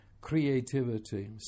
creativity